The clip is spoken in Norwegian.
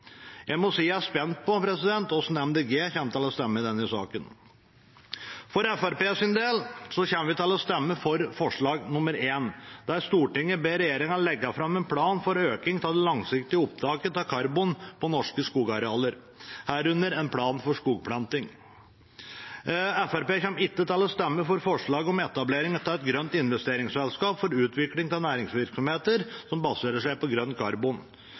stemme i denne saken. For Fremskrittspartiets del kommer vi til å stemme for forslag nr. 1, der Stortinget ber regjeringa om å legge fram en plan for økning av det langsiktige opptaket av karbon på norske skogarealer, herunder en plan for skogplanting. Fremskrittspartiet kommer ikke til å stemme for forslaget om etablering av et grønt investeringsselskap for utvikling av næringsvirksomheter som baserer seg på grønt karbon.